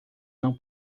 não